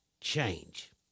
change